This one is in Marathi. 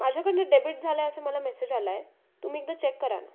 माझ्याकडून डेबिट झाला आहे असा मला मेसेज आला आहे तुम्ही एकदा चेक करा ना